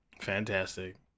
Fantastic